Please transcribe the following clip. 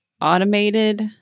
automated